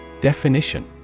Definition